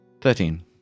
Thirteen